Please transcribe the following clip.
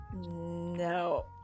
No